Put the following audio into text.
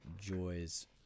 joys